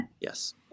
Yes